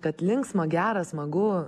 kad linksma gera smagu